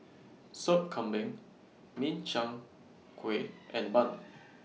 Sop Kambing Min Chiang Kueh and Bun